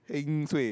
heng suay